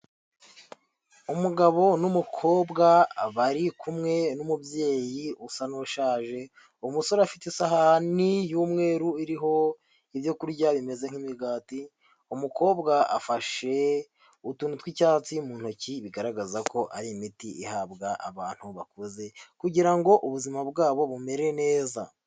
Umugabo n'umukobwa bari kumwe n'umubyeyi usa n'ushaje, umusore afite isahani y'umweru iriho ibyo kurya bimeze nk'imigati, umukobwa afashe utuntu tw'icyatsi mu ntoki, bigaragaza ko ari imiti ihabwa abantu bakuze, kugira ngo ubuzima bwabo bumere neza.